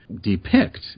depict